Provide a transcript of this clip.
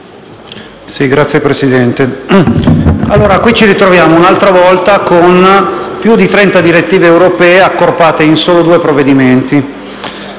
Signor Presidente, ci ritroviamo un'altra volta con più di 30 direttive europee accorpate in soli due provvedimenti.